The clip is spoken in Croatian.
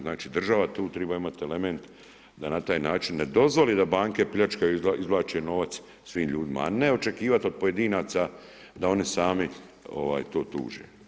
Znači država tu treba imati element da na taj način ne dozvoli da banke pljačkaju i izvlače novac svim ljudima, a ne očekivati od pojedinaca da oni sami to tuže.